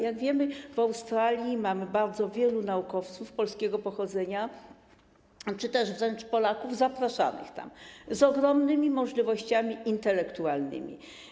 Jak wiemy, w Australii mamy bardzo wielu naukowców polskiego pochodzenia czy też wręcz Polaków zapraszanych tam z ogromnymi możliwościami intelektualnymi.